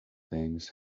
things